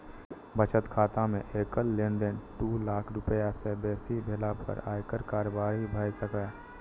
बचत खाता मे एकल लेनदेन दू लाख रुपैया सं बेसी भेला पर आयकर कार्रवाई भए सकैए